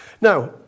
Now